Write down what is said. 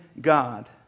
God